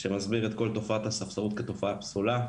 שמסביר את כל תופעת הספסרות כתופעה פסולה,